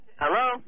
Hello